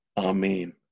Amen